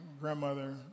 grandmother